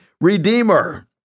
redeemer